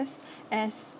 as